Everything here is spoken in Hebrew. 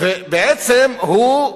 ובעצם הוא,